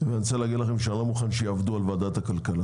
ואני רוצה לומר לכם שאני לא מוכן שיעבדו על ועדת הכלכלה.